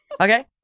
Okay